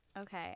Okay